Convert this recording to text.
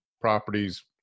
properties